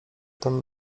tym